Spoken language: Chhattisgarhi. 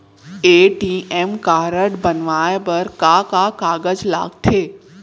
ए.टी.एम कारड बनवाये बर का का कागज लगथे?